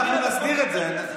אנחנו נסדיר את זה.